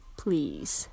please